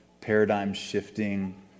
paradigm-shifting